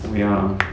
ya